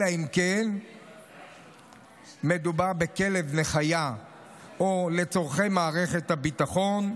אלא אם כן מדובר בכלב נחייה או לצורכי מערכת הביטחון,